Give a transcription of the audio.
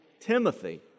Timothy